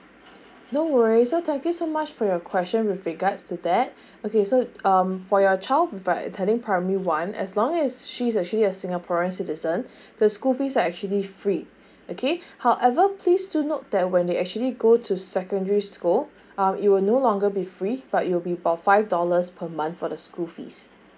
no worry so thank you so much for your question with regards to that okay so um for your child right attending primary one as long as she's actually a singaporean citizen the school fees are actually free okay however please do note that when they actually go to secondary school um it will no longer be free but it will be about five dollars per month for the school fees